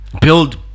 Build